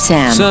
Sam